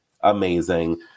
amazing